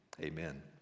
Amen